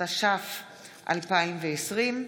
התש"ף 2020,